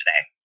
today